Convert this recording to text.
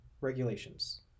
regulations